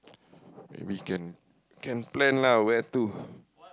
maybe can can plan lah where to